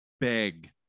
beg